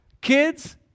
Kids